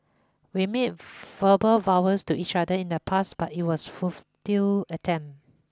we made verbal vows to each other in the past but it was a futile attempt